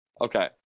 Okay